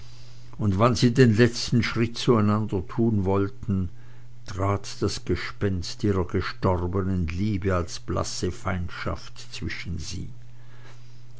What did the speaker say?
und wann sie den letzten schritt zueinander tun wollten trat das gespenst ihrer gestorbenen liebe als blasse feindschaft zwischen sie